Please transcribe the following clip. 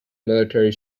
military